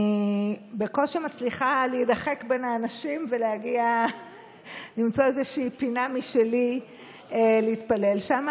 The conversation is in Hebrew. אני בקושי מצליחה להידחק בין האנשים ולמצוא איזו פינה משלי להתפלל שם,